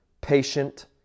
patient